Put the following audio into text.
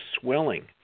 swelling